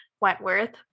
Wentworth